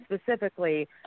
specifically